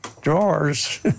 drawers